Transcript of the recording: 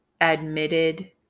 admitted